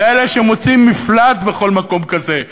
זה אלה שמוצאים מפלט בכל מקום כזה,